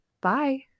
Bye